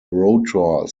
rotor